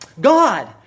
God